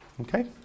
okay